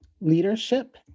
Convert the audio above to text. leadership